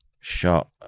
shot